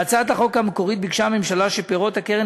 בהצעת החוק המקורית ביקשה הממשלה שפירות הקרן